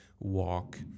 walk